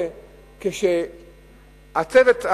מה קורה כשהצוות,